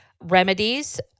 remedies